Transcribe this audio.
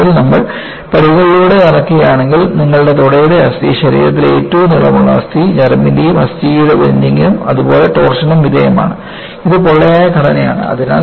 യഥാർത്ഥത്തിൽ നമ്മൾ പടികളിലൂടെ നടക്കുകയാണെങ്കിൽ നിങ്ങളുടെ തുടയുടെ അസ്ഥി ശരീരത്തിലെ ഏറ്റവും നീളമുള്ള അസ്ഥി ഞരമ്പിന്റെ അസ്ഥി ബെൻഡിങ്നും അതുപോലെ ടോർഷനും വിധേയമാണ് ഇത് പൊള്ളയായ ഘടനയാണ്